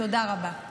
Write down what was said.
תודה רבה.